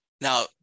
now